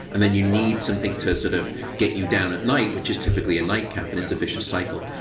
and then you need something to sort of get you down at night, which is typically a nightcap. and it's a vicious cycle.